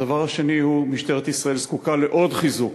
הדבר השני, משטרת ישראל זקוקה לעוד חיזוק